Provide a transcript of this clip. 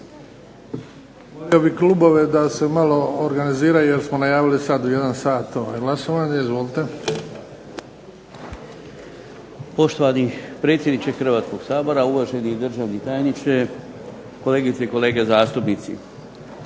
bih klubove da se malo organiziraju jer smo najavili u jedan glasovanje. Izvolite. **Grčić, Stanko (HSS)** Poštovani predsjedniče Hrvatskog sabora, uvaženi državni tajniče, kolegice i kolege zastupnici.